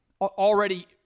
already